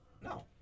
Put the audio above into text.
No